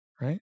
right